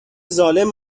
ظالم